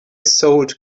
sold